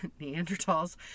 Neanderthals